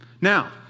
Now